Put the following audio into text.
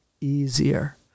easier